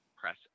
press